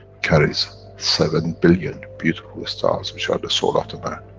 carries seven billion beautiful stars, which are the soul of the man.